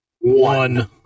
one